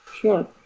Sure